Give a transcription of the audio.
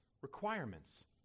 requirements